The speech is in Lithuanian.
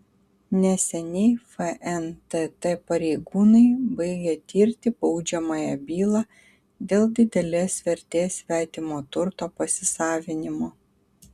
neseniai fntt pareigūnai baigė tirti baudžiamąją bylą dėl didelės vertės svetimo turto pasisavinimo